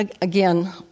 Again